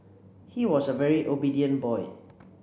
he was a very obedient boy